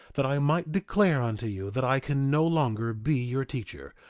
that i might declare unto you that i can no longer be your teacher,